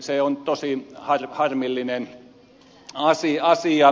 se on tosi harmillinen asia